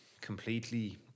completely